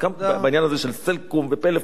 בעניין הזה של "סלקום" ו"פלאפון".